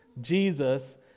Jesus